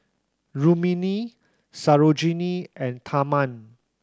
Rrukmini Sarojini and Tharman